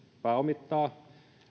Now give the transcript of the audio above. pääomittavat